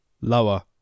Lower